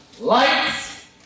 Lights